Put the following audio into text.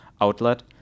outlet